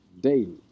daily